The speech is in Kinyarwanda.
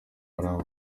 haram